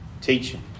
Teaching